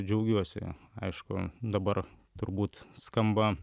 džiaugiuosi aišku dabar turbūt skamba